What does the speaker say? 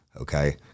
okay